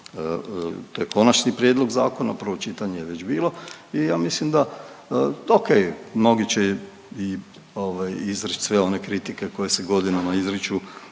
to je konačni prijedlog zakona, prvo čitanje je već bilo i ja mislim da ok mnogi će i izreć sve one kritike koje se godinama izriču